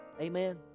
Amen